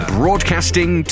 broadcasting